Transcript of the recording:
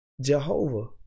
Jehovah